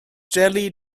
jelly